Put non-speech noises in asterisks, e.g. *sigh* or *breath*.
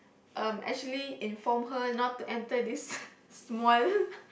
um actually inform her not to enter this *breath* small *laughs*